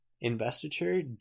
investiture